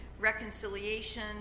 Reconciliation